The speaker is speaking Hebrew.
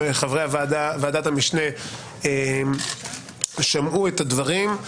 חברי ועדת המשנה שמעו את הדברים,